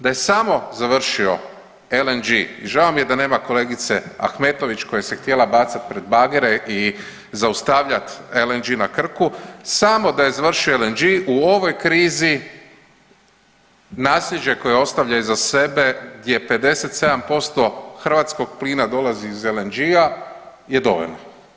Da je samo završio LNG, žao mi je da nema kolegice Ahmetović koja se htjela bacati pred bagere i zaustavljat LNG na Krku, samo da je završio LNG u ovoj krizi, nasljeđe koje ostavlja iza sebe je 57% hrvatskog plina dolazi iz LNG-a je dovoljno.